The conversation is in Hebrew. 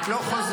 את לא חוזרת.